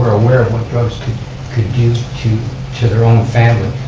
aware of what drugs could could do to to their own family.